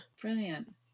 brilliant